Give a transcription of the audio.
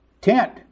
tent